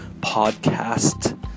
podcast